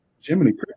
Jiminy